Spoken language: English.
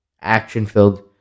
action-filled